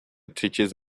teaches